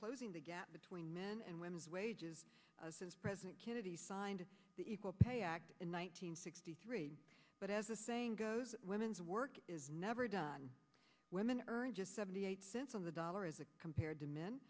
closing the gap between men and women's wages since president kennedy signed the equal pay act in one nine hundred sixty three but as the saying goes women's work is never done women earn just seventy eight cents on the dollar as a compared to men